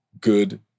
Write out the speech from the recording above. good